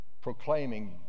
proclaiming